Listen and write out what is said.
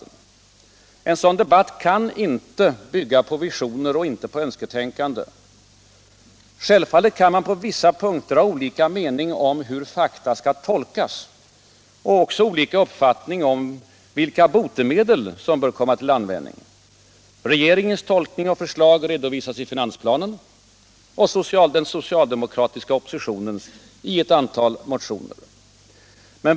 En sådan debatt kan inte bygga på visioner, på önsketänkande. Självfallet kan man på vissa punkter ha olika meningar om hur fakta skall tolkas. Och man kan ha olika uppfattningar om vilka botemedel som bör komma till användning. Regeringens tolkning och förslag redovisas i finansplanen och den socialdemokratiska oppositionens i ett antal motioner.